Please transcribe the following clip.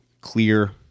clear